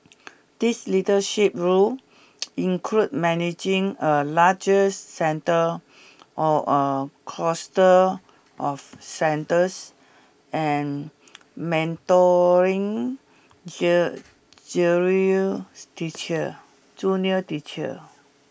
these leadership roles include managing a larger centre or a cluster of centres and mentoring teacher junior teachers